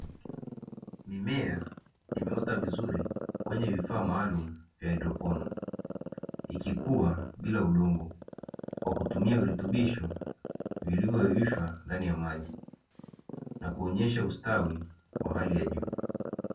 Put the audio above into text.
Mimea imeota vizuri kwenye vifaa maalumu vya haidroponi, ikikua bila ya udongo kwa kutumia virutubisho vilivyoyeyushwa ndani ya maji na kuonyesha ustawi wa hali ya juu.